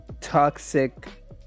toxic